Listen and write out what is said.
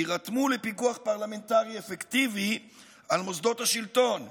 יירתמו לפיקוח פרלמנטרי אפקטיבי על מוסדות השלטון,